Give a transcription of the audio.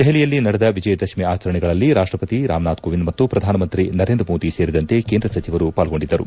ದೆಹಲಿಯಲ್ಲಿ ನಡೆದ ವಿಜಯದಶಮಿ ಆಚರಣೆಗಳಲ್ಲಿ ರಾಷ್ಟಪತಿ ರಾಮನಾಥ್ ಕೋವಿಂದ್ ಮತ್ತು ಪ್ರಧಾನಮಂತ್ರಿ ನರೇಂದ್ರ ಮೋದಿ ಸೇರಿದಂತೆ ಕೇಂದ್ರ ಸಚಿವರು ಪಾಲ್ಗೊಂಡರು